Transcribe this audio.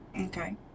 Okay